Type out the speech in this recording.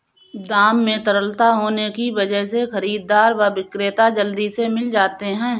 दाम में तरलता होने की वजह से खरीददार व विक्रेता जल्दी से मिल जाते है